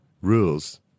rules